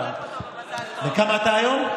בן כמה אתה היום?